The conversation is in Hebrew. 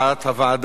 מי בעד?